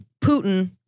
Putin